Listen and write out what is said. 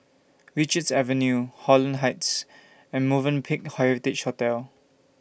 Richards Avenue Holland Heights and Movenpick Heritage Hotel